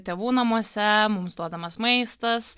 tėvų namuose mums duodamas maistas